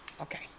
okay